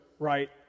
right